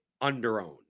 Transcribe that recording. under-owned